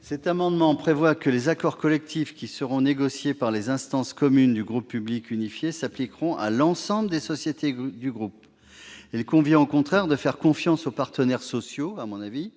tend à ce que les accords collectifs qui seront négociés par les instances communes du groupe public unifié s'appliquent à l'ensemble des sociétés du groupe. À mon sens, il convient au contraire de faire confiance aux partenaires sociaux pour